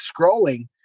scrolling